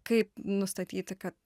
kaip nustatyti ka